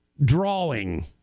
drawing